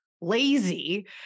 lazy